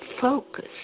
focus